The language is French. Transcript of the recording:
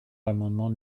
l’amendement